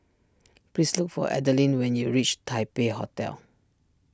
please look for Adeline when you reach Taipei Hotel